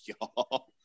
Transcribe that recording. y'all